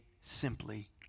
simply